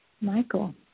Michael